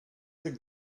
that